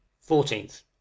Fourteenth